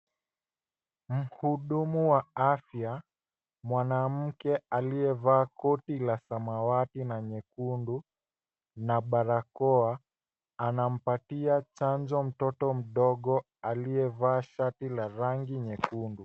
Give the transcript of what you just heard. Mhudumu wa afya, mwanamke aliyevaa koti la samawati na nyekundu na barakoa, anampatia chanjo mtoto mdogo, aliyevaa shati la rangi nyekundu.